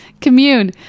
commune